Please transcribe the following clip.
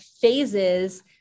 phases